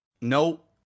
Nope